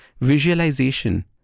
visualization